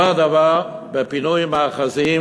אותו דבר בפינוי מאחזים